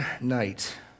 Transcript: night